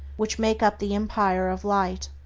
which make up the empire of light.